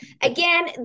again